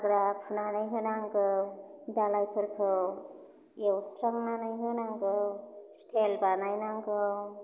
हाग्रा फुनानै होनांगौ दालाइफोरखौ एवस्रांनानै होनांगौ स्टेल बानायनांगौ